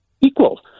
equal